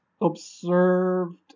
observed